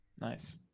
nice